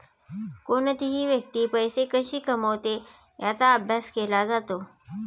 कोणतीही व्यक्ती पैसे कशी कमवते याचा अभ्यास केला जातो